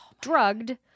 drugged